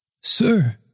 Sir